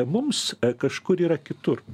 mums kažkur yra kitur